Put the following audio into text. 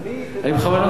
אני בכוונה מדבר בשקט,